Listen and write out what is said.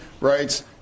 rights